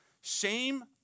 Shame